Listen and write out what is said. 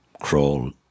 crawl